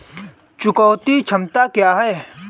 चुकौती क्षमता क्या है?